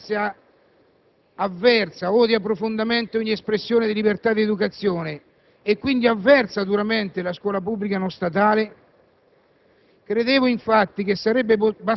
Forse perché una parte della maggioranza odia profondamente ogni espressione di libertà di educazione e quindi avversa duramente la scuola pubblica non statale?